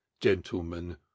gentlemen